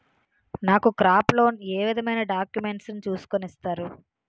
నాకు crop loan ఏ విధమైన డాక్యుమెంట్స్ ను చూస్కుని ఇస్తారు?